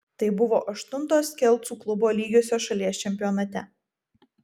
tai buvo aštuntos kelcų klubo lygiosios šalies čempionate